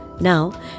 Now